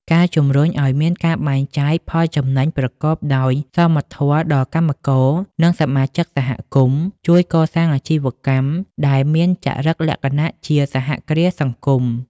ការជំរុញឱ្យមានការបែងចែកផលចំណេញប្រកបដោយសមធម៌ដល់កម្មករ និងសមាជិកសហគមន៍ ជួយកសាងអាជីវកម្មដែលមានចរិតលក្ខណៈជា "សហគ្រាសសង្គម"